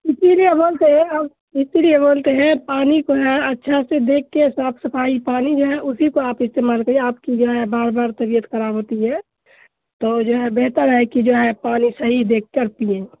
اسی لیے بولتے ہیں ہم اسی لیے بولتے ہیں پانی کو ہے اچھا سے دیکھ کے صاف صفائی پانی جو ہے اسی کو آپ استعمال کیجیے آپ کی جو ہے بار بار طبیعت خراب ہوتی ہے تو جو ہے بہتر ہے کہ جو ہے پانی صحیح دیکھ کر پئیں